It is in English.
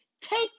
Take